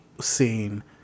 scene